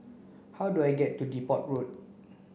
how do I get to Depot Road